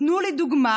תנו לי דוגמה,